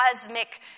cosmic